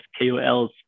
KOLs